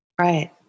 right